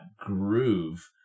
groove